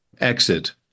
exit